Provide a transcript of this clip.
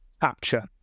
capture